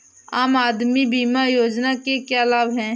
आम आदमी बीमा योजना के क्या लाभ हैं?